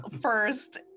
first